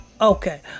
Okay